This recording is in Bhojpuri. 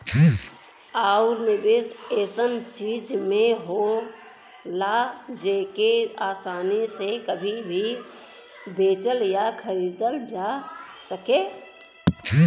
आउर निवेस ऐसन चीज में होला जेके आसानी से कभी भी बेचल या खरीदल जा सके